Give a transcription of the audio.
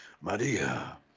Maria